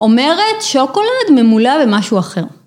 ‫אומרת שוקולד ממולא במשהו אחר.